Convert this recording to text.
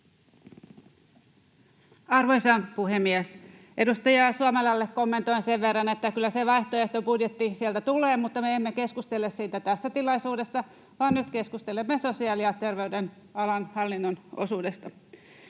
Arvoisa puhemies! Edustaja Suomelalle kommentoin sen verran, että kyllä se vaihtoehtobudjetti sieltä tulee, mutta me emme keskustele siitä tässä tilaisuudessa, vaan nyt keskustelemme sosiaali- ja terveysalan hallinnon osuudesta.